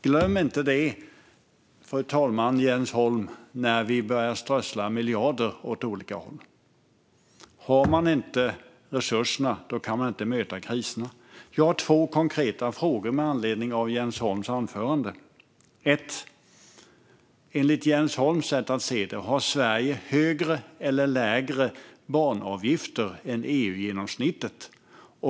Glöm inte, Jens Holm, när ni börjar strössla miljarder åt olika håll, att om man inte har resurserna kan man inte möta kriserna! Jag har två konkreta frågor med anledning av Jens Holms anförande. Har Sverige, enligt Jens Holms sätt att se det, högre eller lägre banavgifter än EU-genomsnittet?